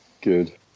Good